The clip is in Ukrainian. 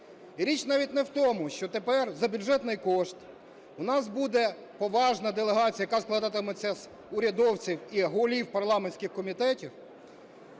річ навіть не в тому, що тепер за бюджетний кошт у нас буде поважна делегація, яка складатиметься з урядовці і голів парламентських комітетів,